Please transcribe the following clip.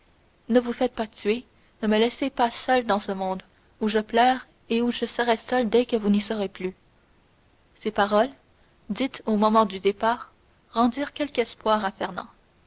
ne vous faites pas tuer ne me laissez pas seule dans ce monde où je pleure et où je serai seule dès que vous n'y serez plus ces paroles dites au moment du départ rendirent quelque espoir